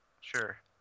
Sure